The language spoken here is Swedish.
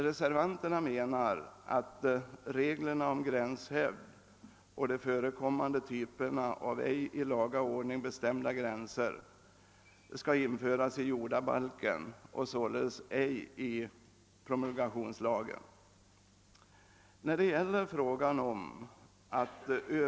=: Reservanterna menar att reglerna om gränshävd och de förekommande typerna av ej i laga ordning bestämda gränser skall införas i jordabalken och således icke i promulgationslagen.